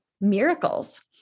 miracles